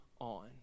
on